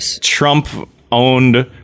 Trump-owned